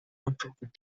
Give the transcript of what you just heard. nonprofit